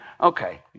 okay